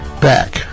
back